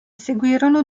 seguirono